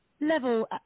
level